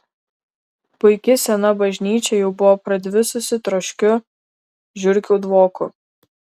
puiki sena bažnyčia jau buvo pradvisusi troškiu žiurkių dvoku